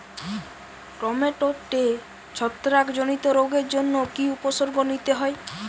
টমেটোতে ছত্রাক জনিত রোগের জন্য কি উপসর্গ নিতে হয়?